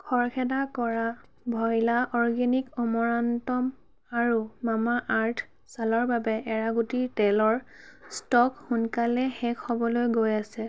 খৰখেদা কৰা ভইলা অৰ্গেনিক অমৰান্তম আৰু মামা আৰ্থ ছালৰ বাবে এৰাগুটি তেলৰ ষ্টক সোনকালে শেষ হ'বলৈ গৈ আছে